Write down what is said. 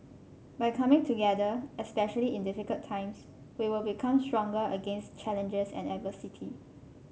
by coming together especially in difficult times we will become stronger against challenges and adversity